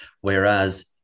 whereas